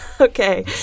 okay